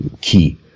key